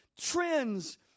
Trends